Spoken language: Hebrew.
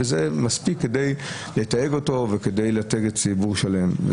זה מספיק כדי לתייג אותו וכדי לתייג ציבור שלם.